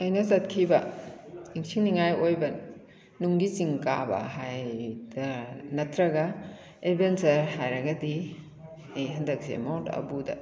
ꯑꯩꯅ ꯆꯠꯈꯤꯕ ꯅꯤꯡꯁꯤꯡ ꯅꯤꯉꯥꯏ ꯑꯣꯏꯕ ꯅꯨꯡꯒꯤ ꯆꯤꯡ ꯀꯥꯕ ꯍꯥꯏꯗ꯭ꯔꯥ ꯅꯠꯇ꯭ꯔꯒ ꯑꯦꯕꯦꯟꯆꯔ ꯍꯥꯏꯔꯒꯗꯤ ꯑꯩ ꯍꯟꯗꯛꯁꯦ ꯃꯥꯎꯟ ꯑꯕꯨꯗ